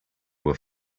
were